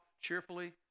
cheerfully